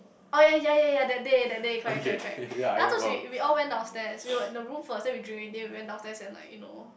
oh ya ya ya ya that day that day correct correct correct then I thought she we all went downstairs we were in the room first then we drink then we went downstairs and like you know